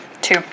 two